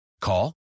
Call